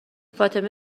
فاطمه